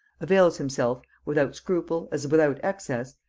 avails himself, without scruple as without excess,